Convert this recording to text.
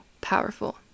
powerful